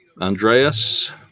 Andreas